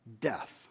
death